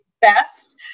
best